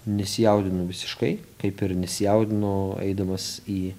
nesijaudinu visiškai kaip ir nesijaudinu eidamas į